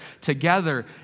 together